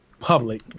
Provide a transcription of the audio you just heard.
Public